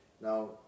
Now